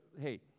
hey